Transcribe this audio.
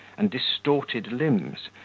and distorted limbs,